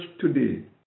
today